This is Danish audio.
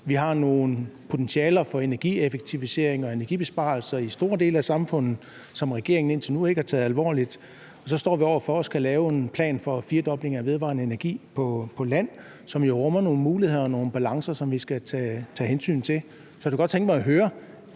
vi har nogle potentialer for energieffektivisering og energibesparelser i store dele af samfundet, som regeringen indtil nu ikke har taget alvorligt; og så står vi over for at skulle lave en plan for firedobling af vedvarende energi på land, som jo rummer nogle muligheder og nogle balancer, som vi skal tage hensyn til. Så jeg kunne da godt tænke mig at høre,